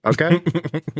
Okay